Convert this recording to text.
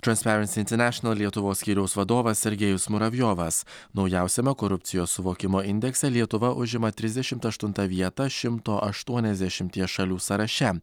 transparency international lietuvos skyriaus vadovas sergėjus muravjovas naujausiame korupcijos suvokimo indekse lietuva užima trisdešimt aštuntą vietą šimto aštuoniasdešimties šalių sąraše